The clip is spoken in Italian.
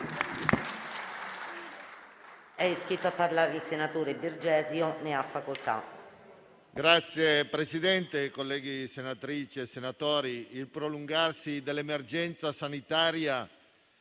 Signor Presidente, colleghi senatrici e senatori, il prolungarsi dell'emergenza sanitaria